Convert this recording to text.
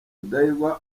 rudahigwa